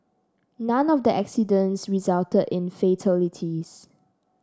none of the accidents resulted in fatalities